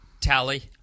tally